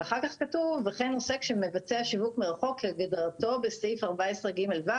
אבל אחר כך כתוב: וכן עוסק שמבצע שיווק מרחוק כהגדרתו בסעיף 14(ג)(ו),